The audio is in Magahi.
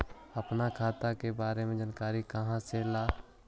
अपन खाता के बारे मे जानकारी कहा से ल?